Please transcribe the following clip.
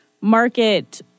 market